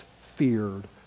feared